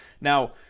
Now